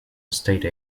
estate